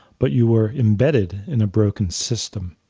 but you were embedded in a broken system.